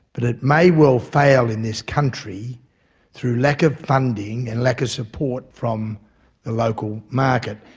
but it may well fail in this country through lack of funding and lack of support from the local market.